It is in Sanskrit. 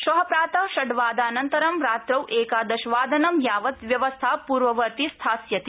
श्व प्रात षड्वादानन्तरं रात्रौ एकादशवादनं यावत् व्यवस्था पूर्ववती स्थास्यति